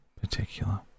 particular